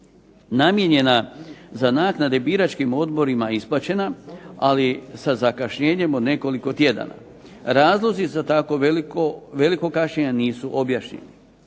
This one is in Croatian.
namijenjena za naknade biračkim odborima isplaćena, ali sa zakašnjenjem od nekoliko tjedana. Razlozi za tako veliko kašnjenje nisu objašnjeni.